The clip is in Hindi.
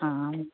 हाँ